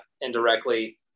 indirectly